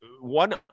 one